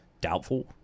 doubtful